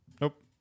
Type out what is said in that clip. Nope